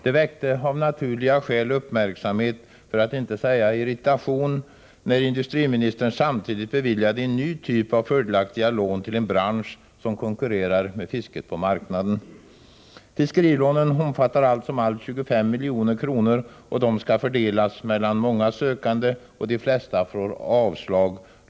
Det väckte av naturliga skäl uppmärksamhet, för att inte säga irritation, när industriministern samtidigt beviljade en ny typ av fördelaktiga lån till en bransch som konkurrerar med fisket på marknaden. Fiskerilånen omfattar allt som allt 25 milj.kr., och de skall fördelas mellan många sökande. De flesta får därför avslag.